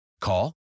Call